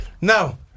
No